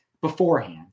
beforehand